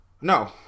No